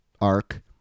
arc